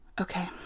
Okay